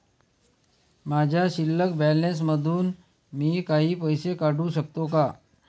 माझ्या शिल्लक बॅलन्स मधून मी काही पैसे काढू शकतो का?